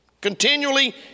Continually